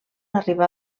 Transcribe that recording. arribar